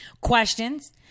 questions